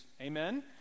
Amen